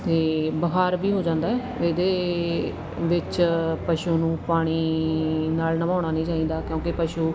ਅਤੇ ਬੁਖਾਰ ਵੀ ਹੋ ਜਾਂਦਾ ਇਹਦੇ ਵਿੱਚ ਪਸ਼ੂ ਨੂੰ ਪਾਣੀ ਨਾਲ ਨਵਾਉਣਾ ਨਹੀਂ ਚਾਹੀਦਾ ਕਿਉਂਕਿ ਪਸ਼ੂ